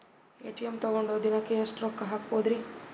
ATM ತಗೊಂಡ್ ದಿನಕ್ಕೆ ಎಷ್ಟ್ ರೊಕ್ಕ ಹಾಕ್ಬೊದ್ರಿ?